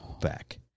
back